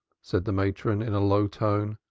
said the matron, in a low tone.